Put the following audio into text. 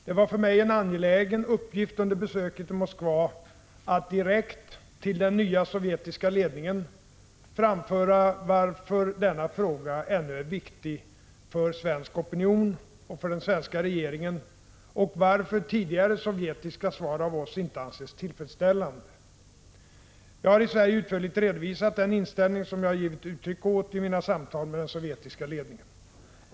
Det var för mig en angelägen uppgift under besöket i Moskva att direkt till den nya sovjetiska ledningen framföra varför denna fråga ännu är viktig för svensk opinion och för den svenska regeringen, och varför tidigare sovjetiska svar av oss inte anses tillfredsställande. Jag har i Sverige utförligt redovisat den inställning som jag givit uttryck åt i mina samtal med den sovjetiska ledningen.